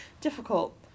difficult